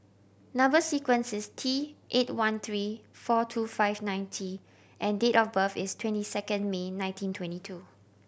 number sequence is T eight one three four two five nine T and date of birth is twenty second May nineteen twenty two